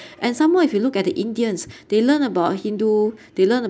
and some more if you look at the indians they learn about hindu they learn